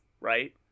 right